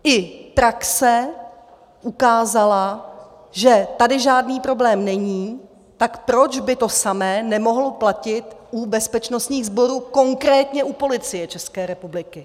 I praxe ukázala, že tady žádný problém není, tak proč by to samé nemohlo platit u bezpečnostních sborů, konkrétně u Policie České republiky.